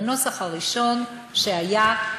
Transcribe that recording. בנוסח הראשון שהיה,